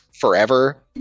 forever